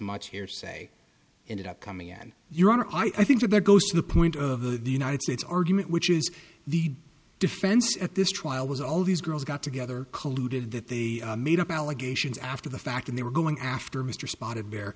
much hearsay ended up coming in your honor i think that goes to the point of the the united states argument which is the defense at this trial was all these girls got together colluded that they made up allegations after the fact and they were going after mr spotted bear